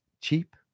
cheap